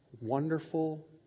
wonderful